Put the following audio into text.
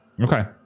Okay